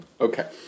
okay